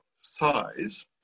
size